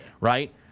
right